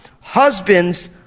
Husbands